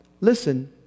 Listen